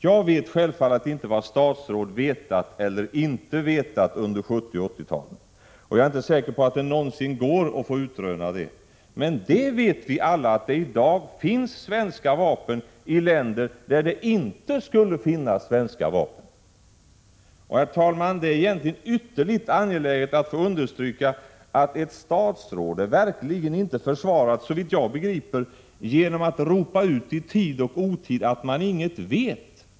Jag vet självfallet inte vad statsråd vetat eller inte vetat under 1970 och 1980-talen. Jag är inte säker på att det någonsin går att utröna det. Man vad vi alla vet är att det i dag finns svenska vapen i länder där det inte skulle finnas svenska vapen. Det är egentligen ytterligt angeläget att få understryka att ett statsråd verkligen inte är försvarat — såvitt jag begriper — genom att man i tid och otid ropar ut att man inget vet.